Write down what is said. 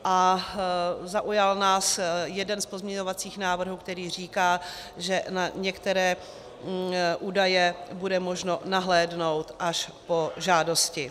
A zaujal nás jeden z pozměňovacích návrhů, který říká, že na některé údaje bude možno nahlédnout až po žádosti.